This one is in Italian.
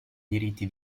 diritti